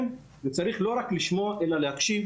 זה מה שרציתי להתייחס אליו.